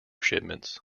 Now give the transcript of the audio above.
shipments